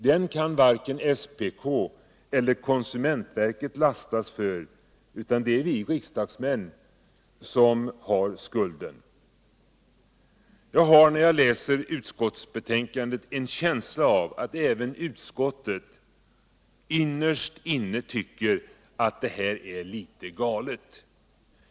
Den kan varken SPK eller konsumentverket lastas för, utan det är vi riksdagsmän som har skulden. Jag får när jag läser utskottsbetänkandet en känsla av att även utskottet innerst inne tycker att det här är litet galet.